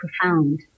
profound